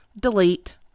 delete